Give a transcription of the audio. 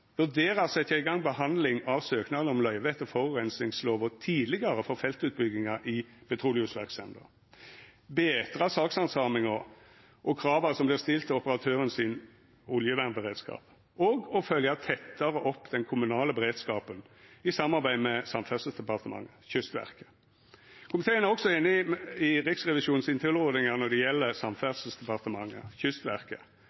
i gang behandling av søknader om løyve etter forureiningslova tidlegare for feltutbyggingar i petroleumsverksemda betra sakshandsaminga og krava som vert stilte til operatørane sin oljevernberedskap følgja tettare opp den kommunale beredskapen i samarbeid med Samferdselsdepartementet og Kystverket Komiteen er også einig i Riksrevisjonen sine tilrådingar når det gjeld